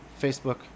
Facebook